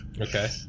okay